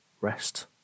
rest